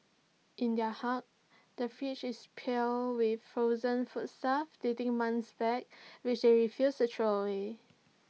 in their hut the fridge is piled with frozen foodstuff dating months back which they refuse to throw away